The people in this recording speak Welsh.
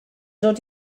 dod